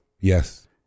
Yes